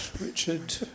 Richard